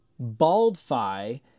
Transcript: Baldfy